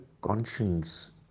conscience